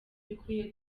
bikwiye